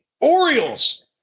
Orioles